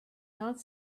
not